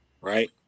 Right